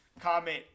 comment